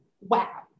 wow